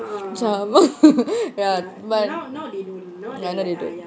macam ya but ya now they don't